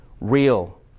real